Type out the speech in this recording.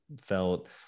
felt